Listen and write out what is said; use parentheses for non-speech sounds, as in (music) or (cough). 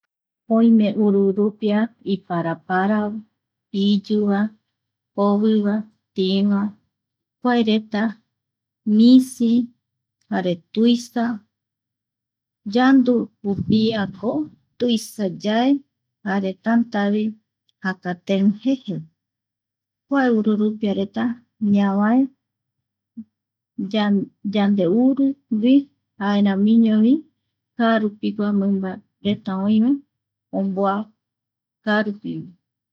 Oime ururupia iparapara. Iyuva, joviva tï va, kua reta misi, jare tuisa... yandu jupia ko tuisa yae jare tanta vi jakatei jeje kua ururupiareta ñavae (hesitation) ya (hesitation) yande uru jaeramiño kaa rupi mimbareta oi vae omboa kaarupi (noise)